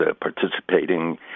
participating